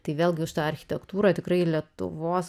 tai vėlgi už tą architektūrą tikrai lietuvos